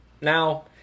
Now